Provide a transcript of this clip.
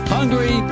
Hungry